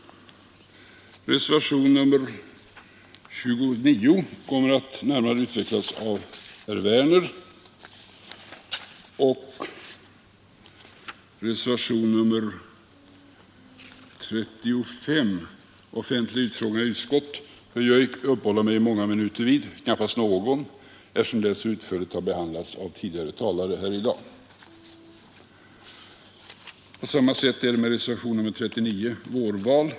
Reservationen 29 kommer att närmare beröras av herr Werner i Malmö, och reservationen 35, om offentliga utfrågningar i utskott, behöver jag inte heller uppehålla mig vid, eftersom frågan så utförligt har behandlats av tidigare talare här i dag. På samma sätt är det med reservationen 39, vårval.